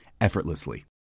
effortlessly